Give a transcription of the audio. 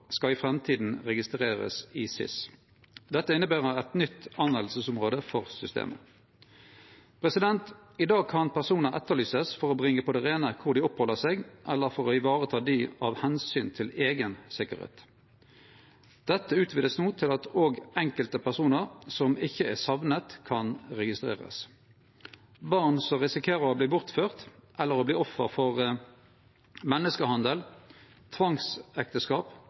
skal i framtida registrerast i SIS. Dette inneber eit nytt bruksområde for systemet. I dag kan personar verte etterlyste for å bringe på det reine kor dei oppheld seg, eller for å vareta dei av omsyn til eigen sikkerheit. Dette vert no utvida til at òg enkelte personar som ikkje er sakna, kan verte registrerte. Barn som risikerer å verte bortførte eller å verte offer for menneskehandel, tvangsekteskap